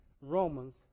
Romans